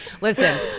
listen